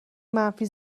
منفی